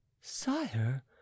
sire